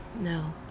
No